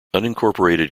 unincorporated